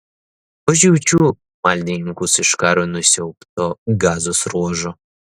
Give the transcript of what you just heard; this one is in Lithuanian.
užjaučiu maldininkus iš karo nusiaubto gazos ruožo